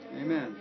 Amen